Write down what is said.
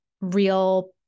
real